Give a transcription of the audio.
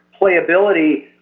playability